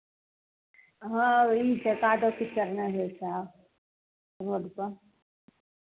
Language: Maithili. हँ ई छै कादो कीचड़ नहि होइ छै आब रोडपर